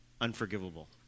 unforgivable